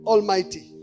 Almighty